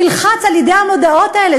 נלחץ על-ידי המודעות האלה,